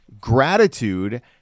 Gratitude